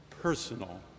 personal